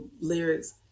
lyrics